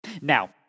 Now